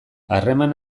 harreman